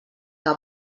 que